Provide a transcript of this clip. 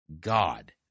God